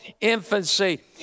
infancy